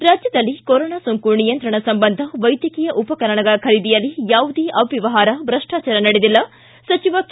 ಿ ರಾಜ್ಯದಲ್ಲಿ ಕೊರೊನಾ ಸೋಂಕು ನಿಯಂತ್ರಣ ಸಂಬಂಧ ವೈದ್ಯಕೀಯ ಉಪಕರಣಗಳ ಖರೀದಿಯಲ್ಲಿ ಯಾವುದೇ ಅವ್ಯವಹಾರ ಭ್ರಷ್ಟಾಚಾರ ನಡೆದಿಲ್ಲ ಸಚಿವ ಕೆ